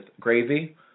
gravy